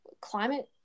climate